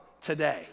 today